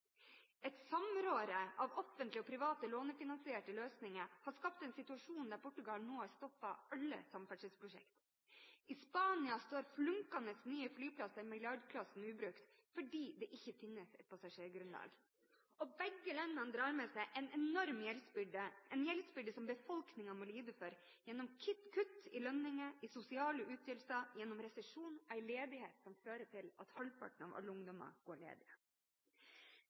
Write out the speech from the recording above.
Et samrøre av offentlige og private lånefinansielle løsninger har skapt en situasjon der Portugal nå har stoppet alle samferdselsprosjekter. I Spania står flunkende nye flyplasser i milliardklassen ubrukte fordi det ikke finnes et passasjergrunnlag. Begge landene drar med seg en enorm gjeldsbyrde, en gjeldsbyrde som befolkningen må lide for gjennom kutt i lønninger, i sosiale ytelser, gjennom resesjon – en ledighet som fører til at halvparten av alle ungdommer går